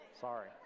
sorry